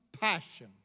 passion